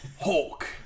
Hulk